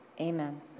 Amen